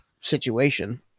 situation